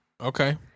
Okay